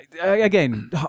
again